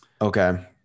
Okay